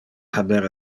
haber